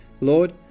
Lord